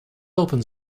open